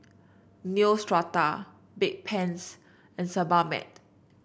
Neostrata Bedpans and Sebamed